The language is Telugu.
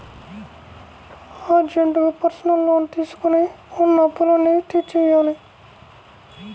అర్జెంటుగా పర్సనల్ లోన్ తీసుకొని ఉన్న అప్పులన్నీ తీర్చేయ్యాలి